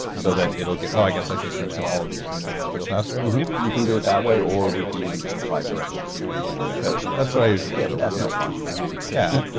so that it'll get, oh, i guess i should strengthen all of these, and then they'll heal faster? mm-hmm you can do it that way, or we can even just apply it directly to the injured area as well. that's what i usually do. yeah, but that's no fun, i mean, yeah.